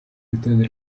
rutonde